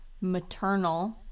maternal